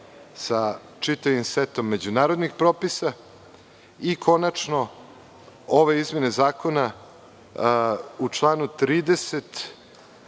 sa čitavim setom međunarodnih propisa i, konačno, ove izmene Zakona u članu 30.